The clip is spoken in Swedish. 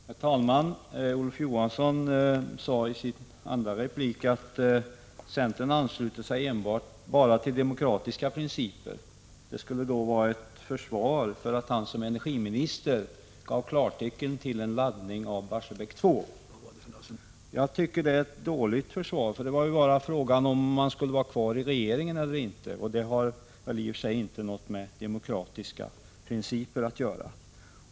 Herr talman! Olof Johansson sade i sin andra replik att centern ansluter sig bara till demokratiska principer. Det skulle vara ett försvar för att han som energiminister gav klartecken till laddning av Barsebäck 2. Jag tycker att det är ett dåligt försvar. Det var ju bara fråga om huruvida man skulle vara kvar i regeringen eller inte, och det har väl inte något med demokratiska principer att göra.